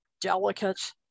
delicate